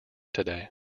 today